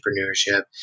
entrepreneurship